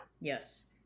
yes